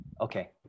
Okay